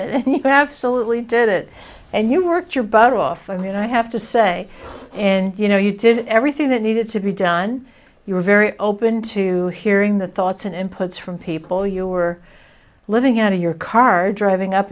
absolutely did it and you worked your butt off i mean i have to say and you know you did everything that needed to be done you were very open to hearing the thoughts and inputs from people you were living out of your car driving up